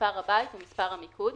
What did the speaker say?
מספר הבית ומספר המיקוד,